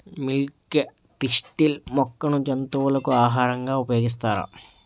Milk thistle మొక్కను జంతువులకు ఆహారంగా ఉపయోగిస్తారా?